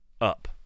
up